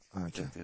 Okay